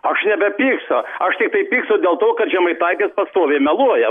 aš nebepykstu aš tiktai pykstu dėl to kad žiemaitaitis pastoviai meluoja